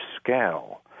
scale